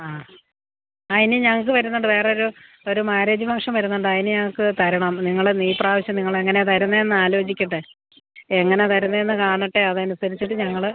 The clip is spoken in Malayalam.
ആ ആ ഇനി ഞങ്ങൾക്ക് വരുന്നുണ്ട് വേറൊരു ഒരു മാര്യേജ് ഫംഗ്ഷൻ വരുന്നുണ്ട് അതിന് ഞങ്ങൾക്ക് തരണം നിങ്ങൾ ഈ പ്രാവശ്യം നിങ്ങൾ എങ്ങനെയാണ് തരുന്നതെന്ന് ആലോചിക്കട്ടെ എങ്ങനെ തരുന്നതെന്ന് കാണട്ടെ അതനുസരിച്ചിട്ട് ഞങ്ങൾ